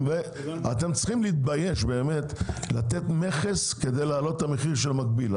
אתם צריכים להתבייש בלהטיל מכס כדי להעלות את המחיר של המקביל.